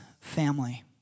family